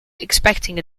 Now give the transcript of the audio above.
expecting